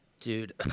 Dude